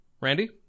Randy